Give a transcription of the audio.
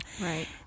Right